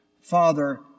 Father